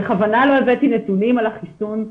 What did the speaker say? בכוונה לא הבאתי נתונים על החיסון,